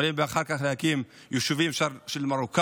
יכולים אחר כך להקים יישובים של מרוקאים,